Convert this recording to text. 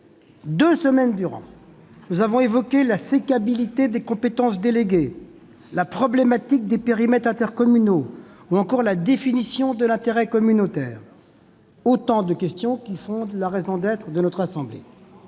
Deux semaines durant, nous avons évoqué la « sécabilité » des compétences déléguées, la problématique des périmètres intercommunaux ou encore la définition de l'intérêt communautaire : autant de questions dont l'examen est la raison d'être de notre assemblée,